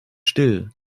still